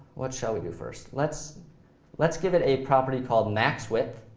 what shall we do first? let's let's give it a property called max-width,